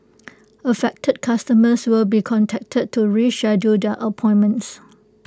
affected customers will be contacted to reschedule their appointments